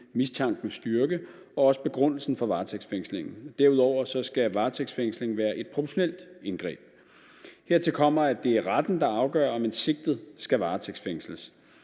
mistankens styrke og også begrundelsen for varetægtsfængslingen. Derudover skal varetægtsfængslingen være et proportionelt indgreb. Dertil kommer, at det er retten, der afgør, om en sigtet skal varetægtsfængsles.